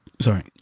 sorry